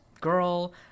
girl